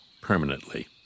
permanently